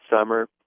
summer